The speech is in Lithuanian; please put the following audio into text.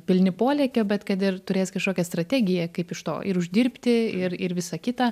pilni polėkio bet kad ir turės kažkokią strategiją kaip iš to ir uždirbti ir ir visa kita